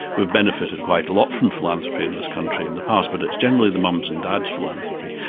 we've benefited quite a lot from philanthropy in this country in the past, but it's generally the mums and dads philanthropy.